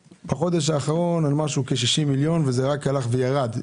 בחודש האחרון מדובר על משהו כמו 60 מיליון והסכום רק הלך וירד,